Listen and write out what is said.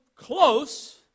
close